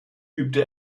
übte